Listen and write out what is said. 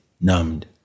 numbed